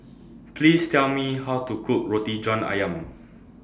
Please Tell Me How to Cook Roti John Ayam